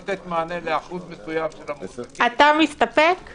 ונדרש להגיע למקום עבודתו באזור או בסביבת האזור,